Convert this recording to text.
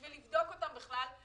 בשביל לבדוק אותם בכלל.